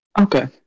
Okay